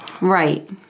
Right